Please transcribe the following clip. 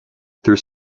through